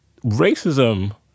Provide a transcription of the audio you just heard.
Racism